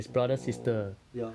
oh ya